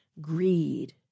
greed